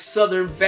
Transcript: Southern